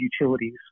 utilities